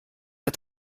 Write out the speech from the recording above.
der